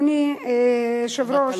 אדוני היושב-ראש,